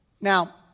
Now